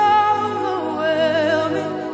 overwhelming